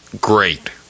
great